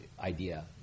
idea